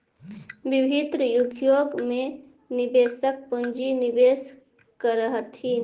विभिन्न उद्योग में निवेशक पूंजी निवेश करऽ हथिन